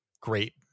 great